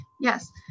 Yes